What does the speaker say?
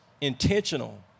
intentional